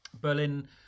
Berlin